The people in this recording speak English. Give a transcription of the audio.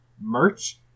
merch